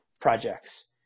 projects